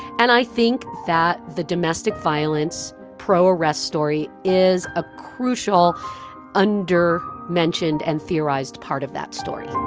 and i think that the domestic violence progress story is a crucial under mentioned and theorized part of that story